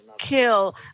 kill